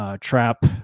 trap